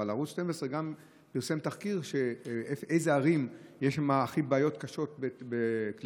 אבל ערוץ 12 פרסם תחקיר באילו ערים ישנן הבעיות הכי קשות בקליטה,